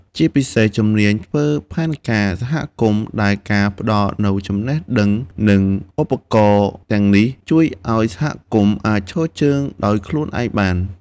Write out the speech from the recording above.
ជាពិសេស ជំនាញធ្វើផែនការសហគមន៍ ដែលការផ្ដល់នូវចំណេះដឹង និងឧបករណ៍ទាំងនេះ ជួយឱ្យសហគមន៍អាចឈរជើងដោយខ្លួនឯងបាន។